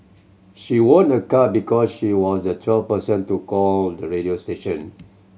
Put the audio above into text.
she won a car because she was the twelfth person to call the radio station